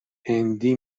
هندی